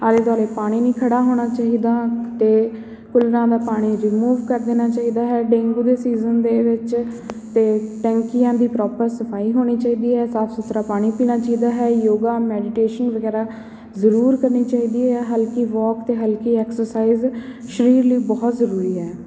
ਆਲੇ ਦੁਆਲੇ ਪਾਣੀ ਨਹੀਂ ਖੜ੍ਹਾ ਹੋਣਾ ਚਾਹੀਦਾ ਅਤੇ ਫੁੱਲਾਂ ਦਾ ਪਾਣੀ ਰਿਮੂਵ ਕਰ ਦੇਣਾ ਚਾਹੀਦਾ ਹੈ ਡੇਂਗੂ ਦੇ ਸੀਜ਼ਨ ਦੇ ਵਿੱਚ ਅਤੇ ਟੈਂਕੀਆਂ ਦੀ ਪਰੋਪਰ ਸਫਾਈ ਹੋਣੀ ਚਾਹੀਦੀ ਹੈ ਸਾਫ਼ ਸੁਥਰਾ ਪਾਣੀ ਪੀਣਾ ਚਾਹੀਦਾ ਹੈ ਯੋਗਾ ਮੈਡੀਟੇਸ਼ਨ ਵਗੈਰਾ ਜ਼ਰੂਰ ਕਰਨੀ ਚਾਹੀਦੀ ਹੈ ਹਲਕੀ ਵੋਕ ਅਤੇ ਹਲਕੀ ਐਕਸਰਸਾਈਜ਼ ਸਰੀਰ ਲਈ ਬਹੁਤ ਜ਼ਰੂਰੀ ਹੈ